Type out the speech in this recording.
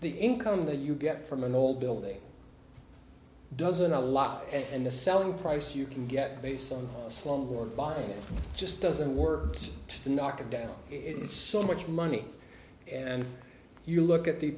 the income that you get from an old building doesn't a lot and the selling price you can get based on slums or buying it just doesn't work to knock it down it is so much money and you look at the